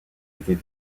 était